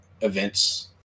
events